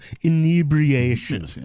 inebriation